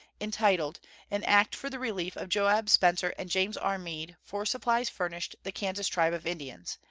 entitled an act for the relief of joab spencer and james r. mead for supplies furnished the kansas tribe of indians,